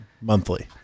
Monthly